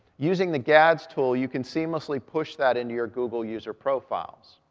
using the gads tool, you can seamlessly push that into your google user profiles.